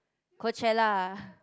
Coachella